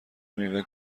میوه